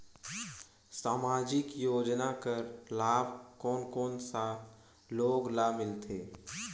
समाजिक योजना कर लाभ कोन कोन सा लोग ला मिलथे?